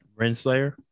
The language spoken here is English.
Renslayer